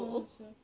ah so